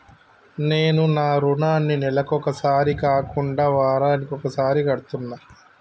నేను నా రుణాన్ని నెలకొకసారి కాకుండా వారానికోసారి కడ్తన్నా